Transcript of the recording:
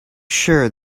sure